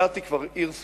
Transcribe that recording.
אילת היא כבר עיר סודנית,